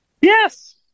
Yes